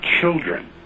children